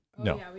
No